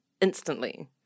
instantly